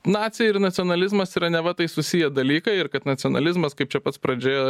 nacija ir nacionalizmas yra neva tai susiję dalykai ir kad nacionalizmas kaip čia pats pradžioje